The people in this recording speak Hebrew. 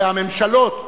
והממשלות,